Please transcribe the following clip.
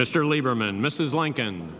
mr lieberman mrs lincoln